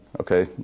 okay